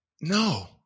No